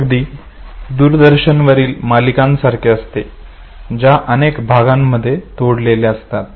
हे अगदी दूरदर्शनवरील मालिकांसारखे असते ज्या अनेक भागांमध्ये तोडलेल्या असतात